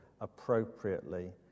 appropriately